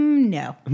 no